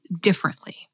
differently